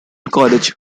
college